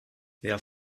wer